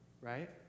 right